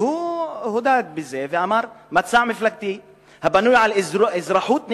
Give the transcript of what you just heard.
והוא הודה בזה ואמר: מצע מפלגתי בנוי על אזרחות נאמנות.